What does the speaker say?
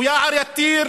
יער יתיר,